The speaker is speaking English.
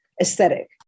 aesthetic